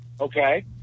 Okay